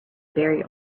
burial